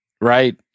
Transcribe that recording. right